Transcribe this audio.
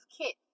kit